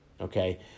Okay